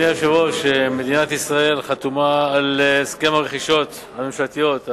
מדינת ישראל חתומה על הסכם הרכישות הממשלתיות,